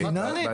בתקינה.